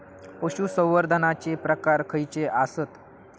पशुसंवर्धनाचे प्रकार खयचे आसत?